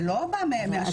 זה לא בא מהשמיים.